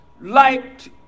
liked